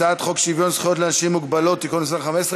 הצעת חוק שוויון זכויות לאנשים עם מוגבלות (תיקון מס' 15),